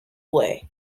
way